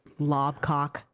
Lobcock